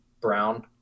Brown